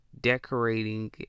decorating